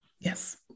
Yes